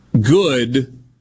good